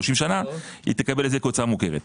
30 שנה - היא תקבל את זה כהוצאה מוכרת.